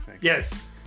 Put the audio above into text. Yes